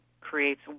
creates